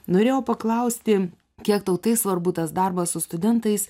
norėjau paklausti kiek tau tai svarbu tas darbas su studentais